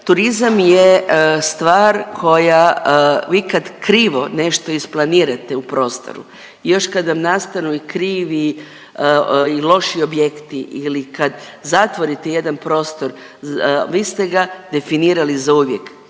Turizam je stvar koja, vi kad krivo nešto isplanirate u prostoru i još kad vam nastanu i krivi i loši objekti ili kad zatvorite jedan prostor, vi ste ga definirali zauvijek.